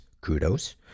kudos